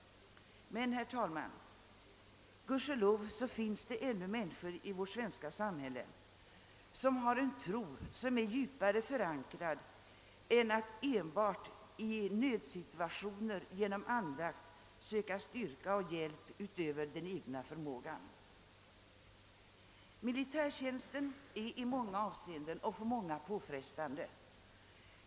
Men, herr talman, det finns gudskelov ännu människor i vårt svenska samhälle som har en tro som är djupare förankrad än att de enbart i nödsituationer söker styrka och hjälp utöver den egna förmågan. Militärtjänsten är påfrestande i åtskilliga avseenden för många värnpliktiga.